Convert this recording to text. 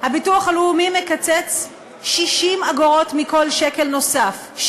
הביטוח הלאומי מקצץ 60 אגורות מכל שקל נוסף.